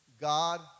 God